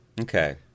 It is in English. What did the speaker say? Okay